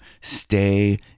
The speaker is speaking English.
stay